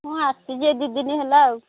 ମୁଁ ଆସିଛି ଏଇ ଦୁଇଦିନ ହେଲା ଆଉ